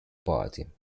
party